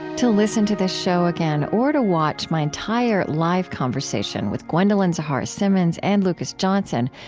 to listen to this show again or to watch my entire live conversation with gwendolyn zoharah simmons and lucas johnson,